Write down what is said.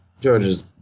george's